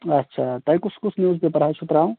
اچھا تۄہہِ کُس کُس نِوٕز پیپر حظ چھُو تراوُن